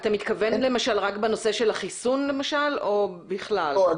אתה מתכוון רק לנושא של החיסון למשל או בכלל?